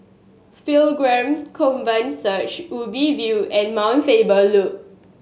Pilgrim Covenant Church Ubi View and Mount Faber Loop